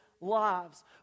Lives